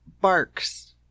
barks